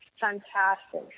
fantastic